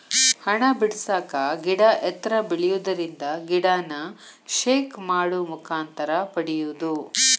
ಹಣ್ಣ ಬಿಡಸಾಕ ಗಿಡಾ ಎತ್ತರ ಬೆಳಿಯುದರಿಂದ ಗಿಡಾನ ಶೇಕ್ ಮಾಡು ಮುಖಾಂತರ ಪಡಿಯುದು